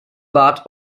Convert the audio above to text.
bad